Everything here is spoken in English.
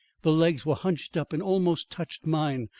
the legs were hunched up and almost touched mine.